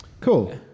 Cool